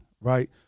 right